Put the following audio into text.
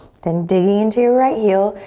then dig into your right heel.